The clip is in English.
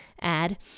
add